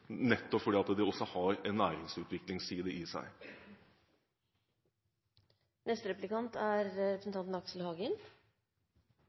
nettopp fordi det også har en næringsutviklingsside i seg. Spørsmålet mitt til en eventuell konkurranseutsetting er